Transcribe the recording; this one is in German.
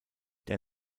der